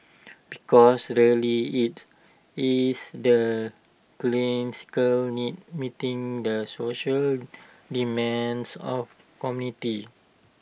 because really IT is the clinical needs meeting the social demands of committee